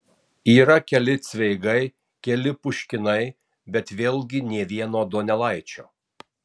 yra keli cveigai keli puškinai bet vėlgi nė vieno donelaičio